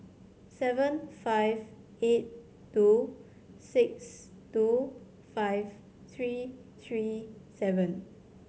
seven five eight two six two five three three seven